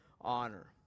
honor